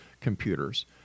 computers